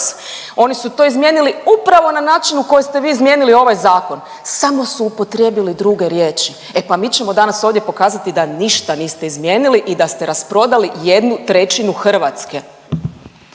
su to izmijenili upravo na način u koji ste vi izmijenili ovaj zakon, samo su upotrijebili druge riječi, e pa mi ćemo danas ovdje pokazati da ništa niste izmijenili i da ste rasprodali 1/3 Hrvatske.